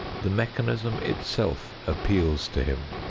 the mechanism itself appeals to him.